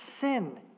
sin